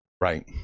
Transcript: right